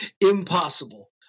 impossible